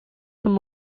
them